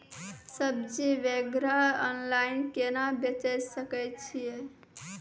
सब्जी वगैरह ऑनलाइन केना बेचे सकय छियै?